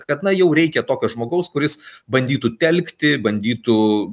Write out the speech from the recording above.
kad na jau reikia tokio žmogaus kuris bandytų telkti bandytų